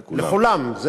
לכולם.